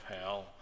hell